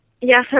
Yes